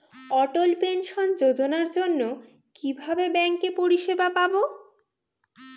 অটল pension যোজনার জন্য কিভাবে ব্যাঙ্কে পরিষেবা পাবো?